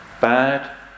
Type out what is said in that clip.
bad